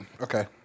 Okay